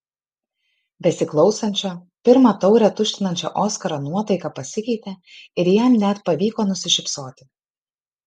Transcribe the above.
besiklausančio pirmą taurę tuštinančio oskaro nuotaika pasikeitė ir jam net pavyko nusišypsoti